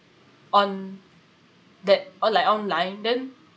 on that or like online then